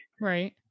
Right